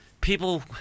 people